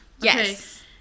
Yes